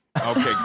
Okay